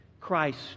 Christ